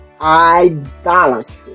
idolatry